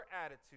attitude